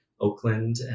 Oakland